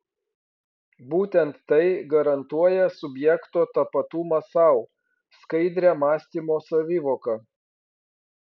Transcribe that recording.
būtent tai garantuoja subjekto tapatumą sau skaidrią mąstymo savivoką